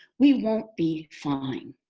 we won't be fine.